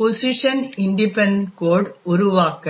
position independent code உருவாக்க